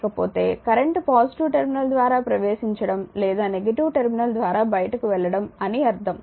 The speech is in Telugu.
లేకపోతే కరెంట్ పాజిటివ్ టెర్మినల్ ద్వారా ప్రవేశించడం లేదా నెగటివ్ టెర్మినల్ ద్వారా బయటకు వెళ్లడంఅని అర్ధం